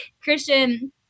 Christian